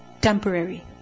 Temporary